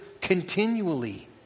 continually